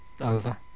over